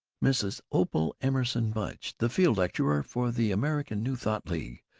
mrs. opal emerson mudge. the field-lecturer for the american new thought league.